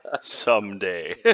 Someday